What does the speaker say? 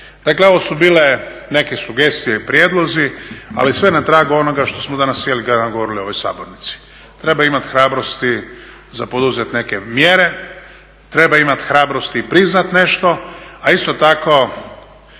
Dakle, ovo su bile neke sugestije i prijedlozi, ali sve na tragu onoga što smo danas cijeli dan govorili u ovoj sabornici. Treba imati hrabrosti za poduzeti neke mjere, treba imati hrabrosti priznati nešto, a isto tako